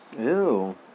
Ew